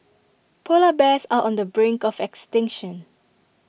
Polar Bears are on the brink of extinction